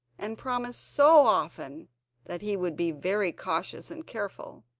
and promised so often that he would be very cautious and careful,